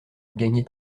gagnée